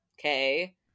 okay